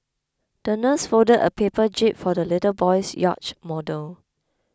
the nurse folded a paper jib for the little boy's yacht model